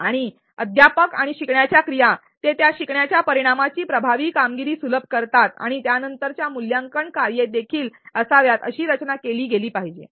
आणि अध्यापन आणि शिकण्याच्या क्रिया ते त्या शिकण्याच्या परिणामाची प्रभावी कामगिरी सुलभ करतात आणि त्यानंतरच्या मूल्यांकन कार्ये देखील असाव्यात अशी रचना केली गेली पाहिजे